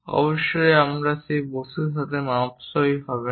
অবশ্যই এটি সেই বস্তুর সাথে মাপসই হবে না